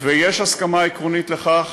ויש הסכמה עקרונית לכך,